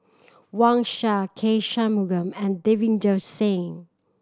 Wang Sha K Shanmugam and Davinder Singh